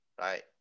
Right